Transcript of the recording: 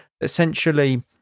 essentially